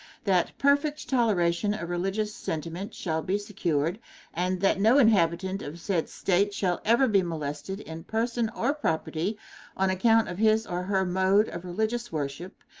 that perfect toleration of religious sentiment shall be secured and that no inhabitant of said state shall ever be molested in person or property on account of his or her mode of religious worship,